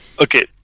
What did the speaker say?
Okay